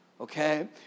Okay